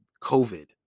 covid